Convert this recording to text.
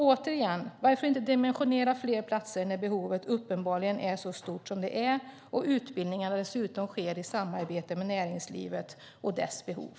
Återigen: Varför inte dimensionera fler platser när behovet uppenbarligen är så stort som det är och utbildningarna dessutom sker i samarbete med näringslivet och dess behov?